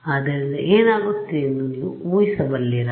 ಅದರಿಂದ ಏನಾಗುತ್ತದೆ ಎಂದು ನೀವು ಊಹಿಸಬಲ್ಲಿರಾ